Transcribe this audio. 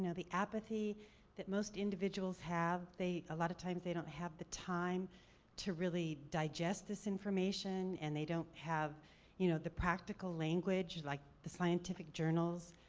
you know the apathy that most individuals have. they, a lot of times they don't have the time to really digest this information, and they don't have you know the practical language, like the scientific journals.